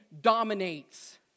dominates